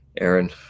aaron